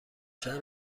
شهر